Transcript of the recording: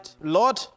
Lord